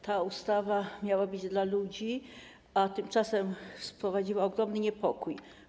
Ta ustawa miała być dla ludzi, a tymczasem wprowadziła ogromny niepokój.